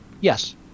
yes